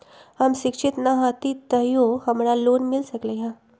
हम शिक्षित न हाति तयो हमरा लोन मिल सकलई ह?